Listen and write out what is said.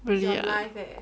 really ah